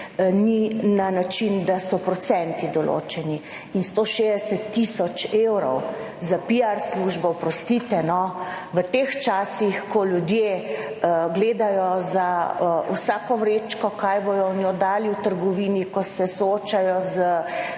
ni na način, da so procenti določeni. In 160 tisoč evrov za piar službo, oprostite, no. V teh časih, ko ljudje gledajo za vsako vrečko, kaj bodo njo dali v trgovini, ko se soočajo z